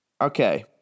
Okay